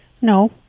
No